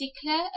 declare